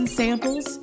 samples